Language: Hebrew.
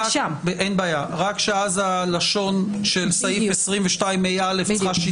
רק שאז הלשון של סעיף 220ה(א) צריכה שינוי,